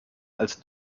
als